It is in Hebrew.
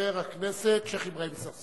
חבר הכנסת שיח' אברהים צרצור.